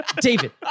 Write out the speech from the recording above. David